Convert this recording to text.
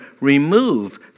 remove